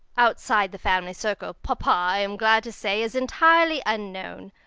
outside the family circle, papa, i am glad to say, is entirely unknown.